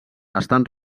estan